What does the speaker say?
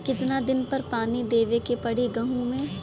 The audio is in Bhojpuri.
कितना दिन पर पानी देवे के पड़ी गहु में?